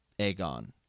Aegon